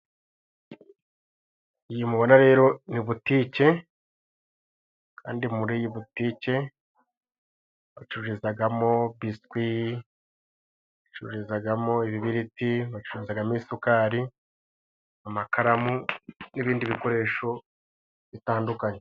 Iyi mubona rero ni butike kandi muri iyi butike bacururizagamo :biswi, bacururizagamo ibibiriti ,bacuruzagamo isukari ,amakaramu n'ibindi bikoresho bitandukanye.